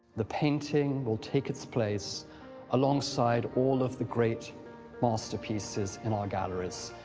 the painting will take it's place alongside all of the great masterpieces in our galleries,